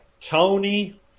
Tony